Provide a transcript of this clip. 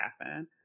happen